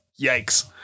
Yikes